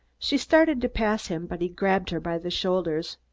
she started to pass him, but he grabbed her by the shoulders.